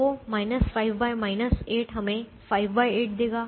तो 5 8 हमें 58 देगा